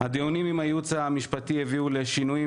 הדיונים עם הייעוץ המשפטי הביאו לשינויים